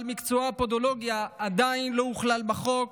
אבל מקצוע הפודולוגיה עדיין לא הוכלל בחוק,